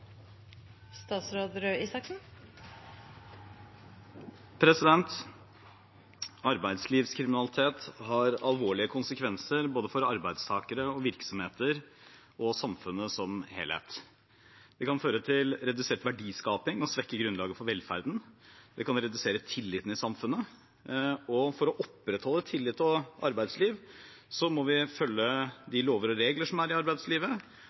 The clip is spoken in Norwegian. Arbeidslivskriminalitet har alvorlige konsekvenser for både arbeidstakere, virksomheter og samfunnet som helhet. Det kan føre til redusert verdiskaping og svekke grunnlaget for velferden, og det kan redusere tilliten i samfunnet. For å opprettholde tillit og arbeidsliv må vi følge de lover og regler som er i arbeidslivet,